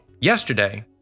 yesterday